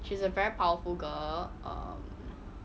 she's a very powerful girl um